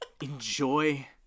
enjoy